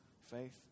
faith